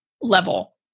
level